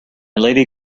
lady